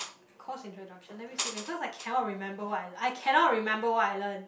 course introduction let me see eh because I cannot remember what I I cannot remember what I learn